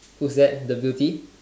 who's that the beauty